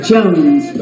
Jones